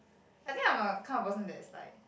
I think I'm a kind of person that's like